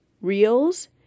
reels